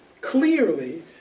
clearly